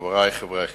חברי חברי הכנסת,